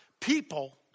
people